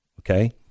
okay